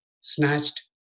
snatched